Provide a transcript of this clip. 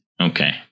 Okay